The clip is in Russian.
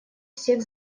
всех